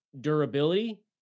durability